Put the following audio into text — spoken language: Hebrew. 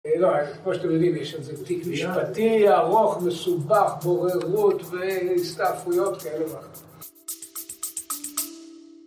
כמו שאתם יודעים יש איזה טיק משפטי, ארוך, מסובך, בוררות והסתעפויות כאלה ואחרות.